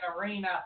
Arena